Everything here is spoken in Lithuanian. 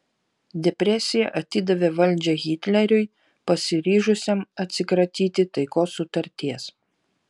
depresija atidavė valdžią hitleriui pasiryžusiam atsikratyti taikos sutarties